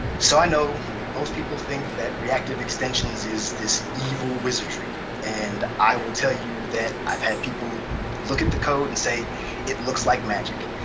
so i know most people think that reactive extensions is this evil wizardry. and i will tell you that i've had people look at the code and say it looks like magic.